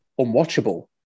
unwatchable